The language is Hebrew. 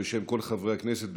בשם כל חברי הכנסת,